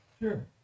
Sure